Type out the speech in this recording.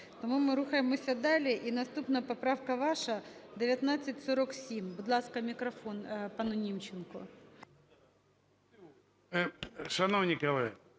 Тому ми рухаємося далі. І наступна поправка ваша, 1947. Будь ласка, мікрофон пану Німченку.